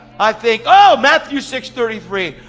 i think, oh! matthew six thirty three,